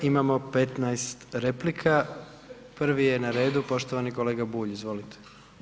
Imamo 15 replika, prvi je na redu poštovani kolega Bulj, izvolite.